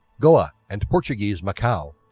goa and portuguese macau.